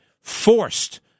forced